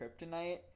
kryptonite